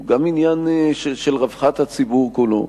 הוא גם עניין של רווחת הציבור כולו.